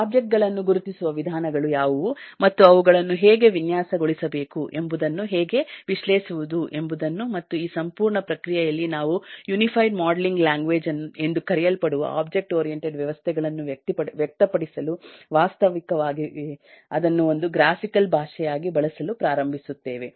object ಗಳನ್ನು ಗುರುತಿಸುವ ವಿಧಾನಗಳು ಯಾವುವು ಮತ್ತು ಅವುಗಳನ್ನು ಹೇಗೆ ವಿನ್ಯಾಸಗೊಳಿಸಬೇಕು ಎಂಬುದನ್ನು ಹೇಗೆ ವಿಶ್ಲೇಷಿಸುವುದು ಎಂಬುದನ್ನುಮತ್ತು ಈ ಸಂಪೂರ್ಣ ಪ್ರಕ್ರಿಯೆಯಲ್ಲಿ ನಾವು ಯುನಿಫೈಡ್ ಮಾಡೆಲಿಂಗ್ ಲ್ಯಾಂಗ್ವೇಜ್ ಎಂದು ಕರೆಯಲ್ಪಡುವ ಒಬ್ಜೆಕ್ಟ್ ಓರಿಯಂಟೆಡ್ ವ್ಯವಸ್ಥೆಗಳನ್ನು ವ್ಯಕ್ತಪಡಿಸಲು ವಾಸ್ತವಿಕವಾಗಿ ಅದನ್ನು ಒಂದು ಗ್ರಾಫಿಕಲ್ ಭಾಷೆಯಾಗಿ ಬಳಸಲು ಪ್ರಾರಂಭಿಸುತ್ತೇವೆ